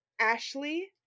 Ashley